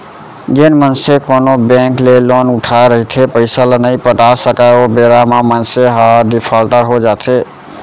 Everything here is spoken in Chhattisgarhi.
जेन मनसे कोनो बेंक ले लोन उठाय रहिथे पइसा ल नइ पटा सकय ओ बेरा म मनसे ह डिफाल्टर हो जाथे